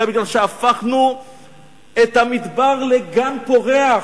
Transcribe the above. אלא כי הפכנו את המדבר לגן פורח.